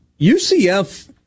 UCF